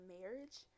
marriage